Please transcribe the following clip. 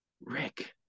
Rick